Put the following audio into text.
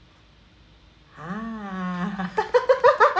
ha